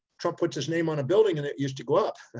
trump puts his name on a building and it used to go up.